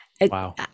Wow